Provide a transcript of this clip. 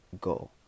go